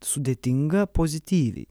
sudėtinga pozityviai